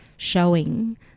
...showing